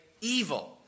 evil